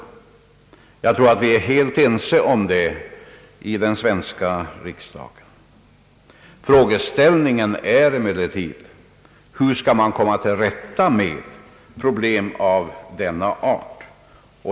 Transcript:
Jag tror att vi är helt ense om det i den svenska riksdagen. Frågeställningen är emellertid: Hur skall man komma till rätta med problem av denna art?